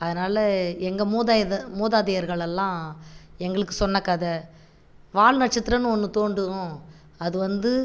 அதனால் எங்கள் மூதாத மூதாதையர்கள் எல்லாம் எங்களுக்கு சொன்ன கதை வால் நட்சத்திரன்னு ஒன்று தோன்டும் அது வந்து